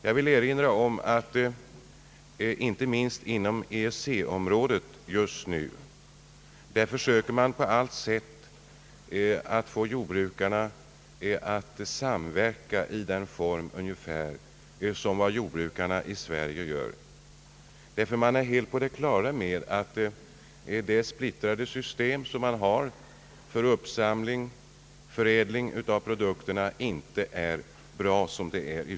Jag vill erinra om att inte minst inom EEC-området försöker man just nu på allt sätt få jordbrukarna att samverka i ungefär den form som jordbrukarna i Sverige gör. Man är nämligen helt på det klara med att det splittrade sy stem man i Centraleuropa har för uppsamling och förädling av produkterna inte är bra som det är.